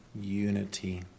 unity